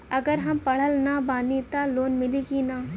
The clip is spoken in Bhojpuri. अगर हम पढ़ल ना बानी त लोन मिली कि ना?